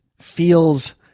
feels